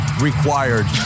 required